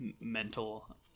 mental